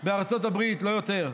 בארצות הברית, לא יותר.